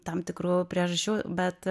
tam tikrųjų priežasčių bet